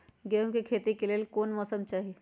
गेंहू के खेती के लेल कोन मौसम चाही अई?